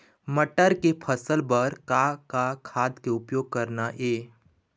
मटर के फसल बर का का खाद के उपयोग करना ये?